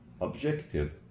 objective